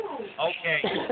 Okay